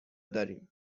داریم